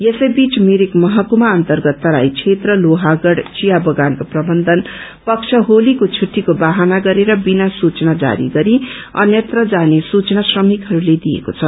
यसैबीच मिरिक महकुमा अन्तर्गत तराई क्षेत्र लोहागढ विया बगानका प्रवन्धन पक्ष होलीको छुट्टीको बहाना गरेर बिना सूचना जारी गरी अन्यत्र जाने सूचना श्रमिकहरूले दिएको छ